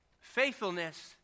faithfulness